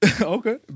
Okay